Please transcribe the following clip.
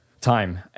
Time